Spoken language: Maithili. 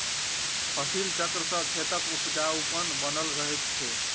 फसिल चक्र सॅ खेतक उपजाउपन बनल रहैत छै